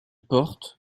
porte